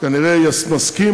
כנראה מסכים,